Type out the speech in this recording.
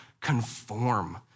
conform